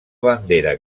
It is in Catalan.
bandera